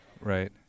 Right